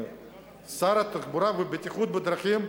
שר התחבורה ובטיחות בדרכים,